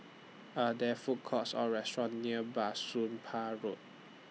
Are There Food Courts Or restaurants near Bah Soon Pah Road